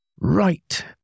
Right